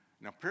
Now